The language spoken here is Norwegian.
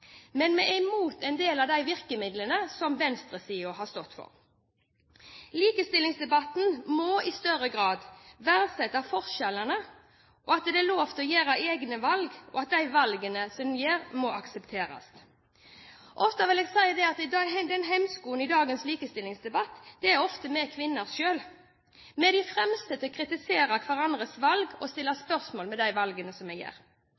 men vi er imot en del av de virkemidlene som venstresiden har stått for. Likestillingsdebatten må i større grad verdsette forskjellene, at det er lov til å gjøre egne valg, og at de valgene som gjøres, må aksepteres. Jeg vil si at hemskoen i dagens likestillingsdebatt ofte er vi kvinner selv. Vi er de fremste til å kritisere hverandres valg og stille spørsmål ved de valgene som vi gjør. La meg bare ta meg selv som eksempel. Da jeg